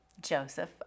Joseph